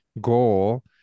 goal